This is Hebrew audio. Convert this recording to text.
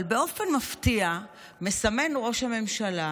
אבל באופן מפתיע מסמן ראש הממשלה